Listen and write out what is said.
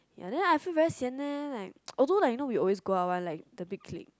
ya lah then I feel very sian leh like although I always go out with the big clique